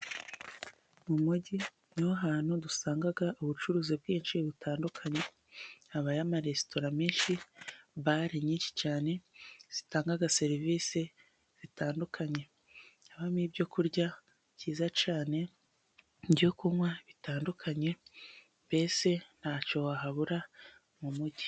Mu mugi niho hantu dusanga ubucuruzi bwinshi butandukanye， habayo amaresitora menshi，bare nyinshi cyane zitanga serivisi zitandukanye，habamo ibyo kurya byiza cyane， ibyo kunywa bitandukanye， mbese ntacyo wahabura mu mugi.